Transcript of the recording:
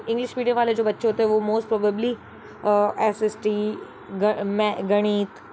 English medium वाले जो बच्चे होते हैं वो most probably S S T में गणित